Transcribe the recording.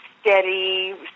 steady